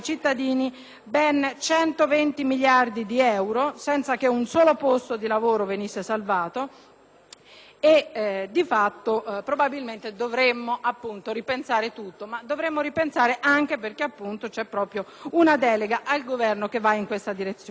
ben 120 miliardi di euro, senza che un solo posto di lavoro venisse salvato. Di fatto, probabilmente dovremmo ripensare tutto, ma dovremmo farlo anche perché c'è una delega al Governo che va proprio in questa direzione.